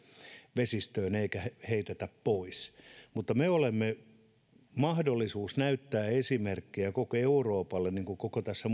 vesistöön eikä sitä heitetä pois mutta meillä on mahdollisuus näyttää esimerkkiä koko euroopalle koko tässä